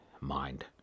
mind